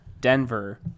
denver